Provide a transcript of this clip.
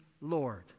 Lord